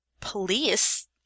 police